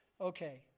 okay